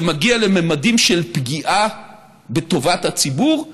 זה מגיע לממדים של פגיעה בטובת הציבור,